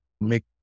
make